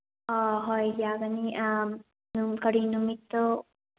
ꯑꯥ ꯍꯣꯏ ꯌꯥꯒꯅꯤ ꯑꯥ ꯑꯗꯨꯝ ꯀꯔꯤ ꯅꯨꯃꯤꯠꯇꯨ